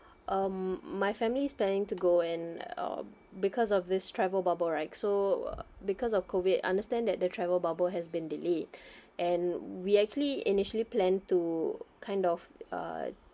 um my family's planning to go and uh because of this travel bubble right so because of COVID understand that the travel bubble has been delayed and we actually initially plan to kind of uh